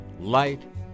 Light